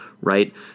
right